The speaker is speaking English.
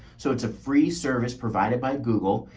so it's a free service provided by google.